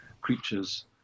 creatures